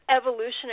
evolutionary